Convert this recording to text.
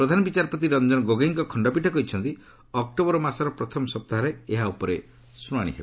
ପ୍ରଧାନ ବିଚାରପତି ରଞ୍ଜନ ଗୋଗୋଇଙ୍କ ଖଣ୍ଡପୀଠ କହିଛନ୍ତି ଅକ୍ଟୋବର ମାସର ପ୍ରଥମ ସପ୍ତାହରେ ଏହା ଉପରେ ଶୁଣାଣି ହେବ